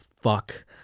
fuck